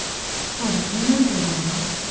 i don't remember now.